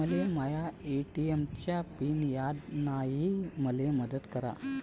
मले माया ए.टी.एम चा पिन याद नायी, मले मदत करा